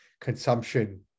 consumption